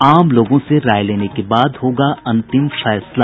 आम लोगों से राय लेने के बाद होगा अंतिम फैसला